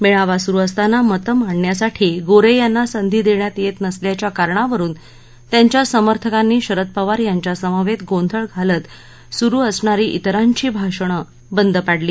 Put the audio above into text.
मेळावा सुरु असताना मत मांडण्यासाठी गोरे यांना संधी देण्यात येत नसल्याच्या कारणावरुन त्यांच्या समर्थकांनी शरद पवार यांच्यासमवेत गोंघळ घालत सुरु असणारी तिरांची भाषणे बंद पाडली